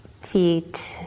feet